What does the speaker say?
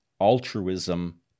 altruism